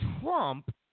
Trump